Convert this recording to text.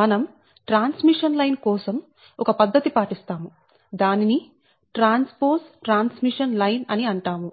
మనం transmission line కోసం ఒక పద్ధతి పాటిస్తాము దానిని ట్రాన్స్పోజ్ ట్రాన్స్మిషన్ లైన్ అని అంటాము